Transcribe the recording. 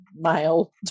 male